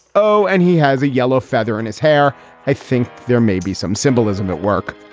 oh, and he has a yellow feather in his hair i think there may be some symbolism at work.